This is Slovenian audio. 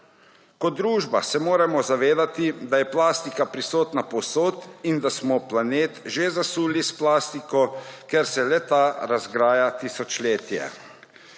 Kot družba se moramo zavedati, da je plastika prisotna povsod in da smo planet že zasuli s plastiko, ker se le-ta razgraja tisočletje.